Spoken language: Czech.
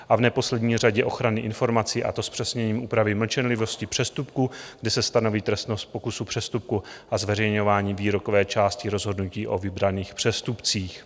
v neposlední řadě ochranu informací, a to zpřesněním úprav mlčenlivosti přestupků, kdy se stanoví trestnost pokusu přestupku a zveřejňování výrokové části rozhodnutí o vybraných přestupcích.